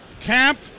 camp